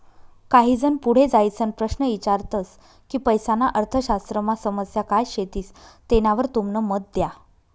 काही जन पुढे जाईसन प्रश्न ईचारतस की पैसाना अर्थशास्त्रमा समस्या काय शेतीस तेनावर तुमनं मत द्या